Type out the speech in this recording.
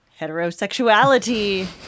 heterosexuality